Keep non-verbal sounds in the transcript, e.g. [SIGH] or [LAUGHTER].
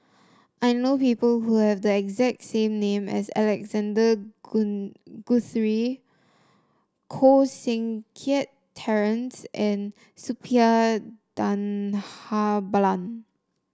I know people who have the exact same name as Alexander [UNINTELLIGIBLE] Guthrie Koh Seng Kiat Terence and Suppiah Dhanabalan